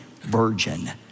virgin